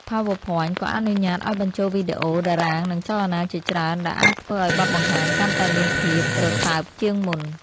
PowerPoint ក៏អនុញ្ញាតិឱ្យបញ្ចូលវីដេអូ តារាង និងចលនាជាច្រើនដែលអាចធ្វើឱ្យបទបង្ហាញកាន់តែមានភាពរស៊ើបជាងមុន។